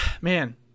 man